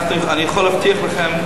אני יכול להבטיח לכם,